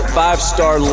five-star